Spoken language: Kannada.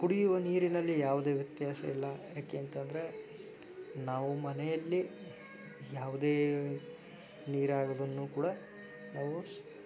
ಕುಡಿಯುವ ನೀರಿನಲ್ಲಿ ಯಾವುದೇ ವ್ಯತ್ಯಾಸ ಇಲ್ಲ ಏಕೆ ಅಂತಂದರೆ ನಾವು ಮನೆಯಲ್ಲಿ ಯಾವುದೇ ನೀರಾಗೋದನ್ನು ಕೂಡ ನಾವು